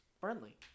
Burnley